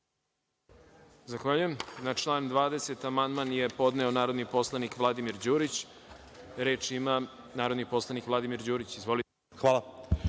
Hvala.